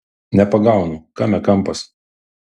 nepagaunu kame kampas